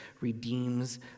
redeems